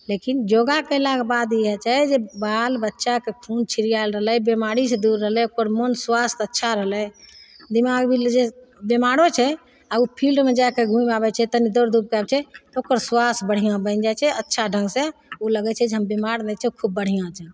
लेकिन योगा कएलाके बाद इएह छै जे बाल बच्चाके खून छिड़िआएल रहलै बेमारीसे दूर रहलै ओकर मोन स्वस्थ अच्छा रहलै दिमागमे जे बेमारो छै आओर ओ फील्डमे जाके घुमि आबै छै तनि दौड़धूप करै छै ओकर स्वस्थ बढ़िआँ बनि जाइ छै अच्छा ढङ्गसे ओ लागै छै जे हम बेमार नहि छै खूब बढ़िआँ छै